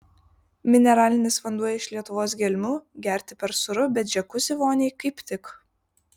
mineralinis vanduo iš lietuvos gelmių gerti per sūru bet džiakuzi voniai kaip tik